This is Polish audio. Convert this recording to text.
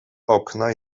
okna